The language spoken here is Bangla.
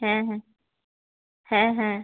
হ্যাঁ হ্যাঁ হ্যাঁ হ্যাঁ